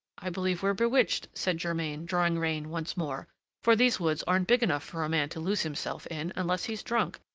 i believe we're bewitched, said germain, drawing rein once more for these woods aren't big enough for a man to lose himself in unless he's drunk,